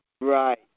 right